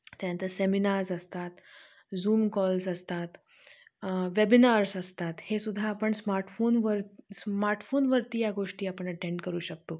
त्यानंतर सेमिनार्स असतात Zoom calls असतात वेबिनार्स असतात हे सुद्धा आपण स्मार्टफोनवर स्मार्टफोनवरती या गोष्टी आपण अटेंड करू शकतो